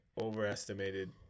overestimated